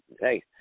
hey